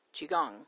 Qigong